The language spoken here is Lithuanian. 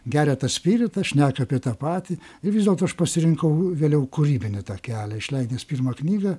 geria tą spiritą šneka apie tą patį ir vis dėlto aš pasirinkau vėliau kūrybinį tą kelią išleidęs pirmą knygą